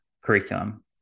curriculum